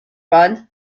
run